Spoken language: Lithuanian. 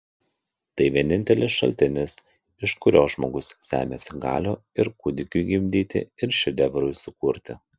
tai vienintelis šaltinis iš kurio žmogus semiasi galių ir kūdikiui gimdyti ir šedevrui sukurti